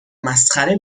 مسخره